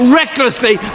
recklessly